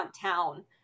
town